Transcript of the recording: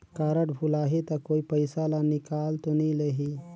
Card भुलाही ता कोई पईसा ला निकाल तो नि लेही?